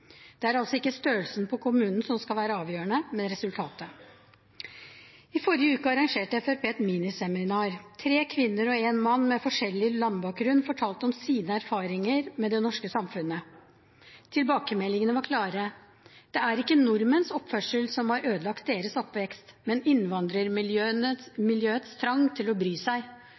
Det er altså ikke størrelsen på kommunen som skal være avgjørende, men resultatet. I forrige uke arrangerte Fremskrittspartiet et miniseminar. Tre kvinner og én mann med forskjellig landbakgrunn fortalte om sine erfaringer med det norske samfunnet. Tilbakemeldingene var klare: Det er ikke nordmenns oppførsel som har ødelagt deres oppvekst, men innvandrermiljøets trang til å bry seg.